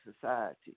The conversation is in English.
society